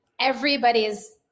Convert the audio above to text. everybody's